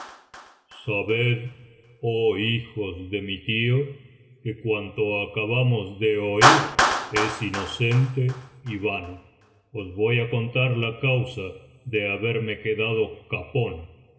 sabed oh hijos ele mi tío que cuanto acabamos de oir es inocente y vano os voy á contar la causa de haberme quedado capón y